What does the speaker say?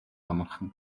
амархан